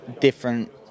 different